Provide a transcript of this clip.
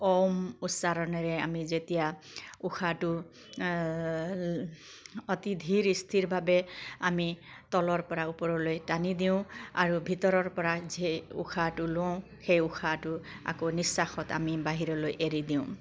ওম উচ্চাৰণেৰে আমি যেতিয়া উশাহটো অতি ধীৰ স্থিৰভাৱে আমি তলৰ পৰা ওপৰলৈ টানি দিওঁ আৰু ভিতৰৰ পৰা যেতিয়া উশাহটো লওঁ সেই উশাহটো আকৌ নিশ্বাসত আমি বাহিৰলৈ এৰি দিওঁ